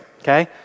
okay